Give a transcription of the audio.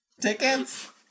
tickets